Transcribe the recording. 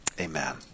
Amen